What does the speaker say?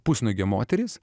pusnuogė moteris